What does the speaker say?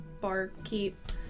barkeep